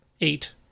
eight